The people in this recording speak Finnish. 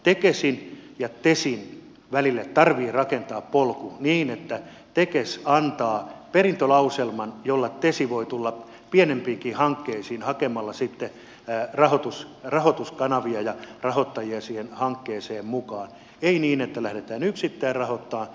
tekesin ja tesin välille tarvitsee rakentaa polku niin että tekes antaa perintölauselman jolla tesi voi tulla pienempiinkin hankkeisiin hakemalla rahoituskanavia ja rahoittajia siihen hankkeeseen mukaan eilinen tämä on yksi terve ottaa